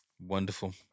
Wonderful